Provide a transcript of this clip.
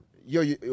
Yo